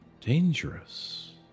dangerous